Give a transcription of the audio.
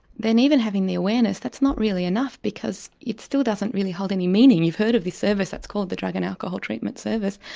then even having the awareness, that's not really enough because it still doesn't really hold any meaning, you've heard of the service, it's called the drug and alcohol treatment service,